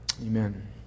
amen